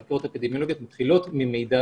החקירות האפידמיולוגיות מתחילות ממידע